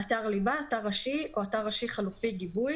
"אתר ליבה" אתר ראשי או אתר ראשי חלופי (גיבוי),